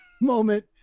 moment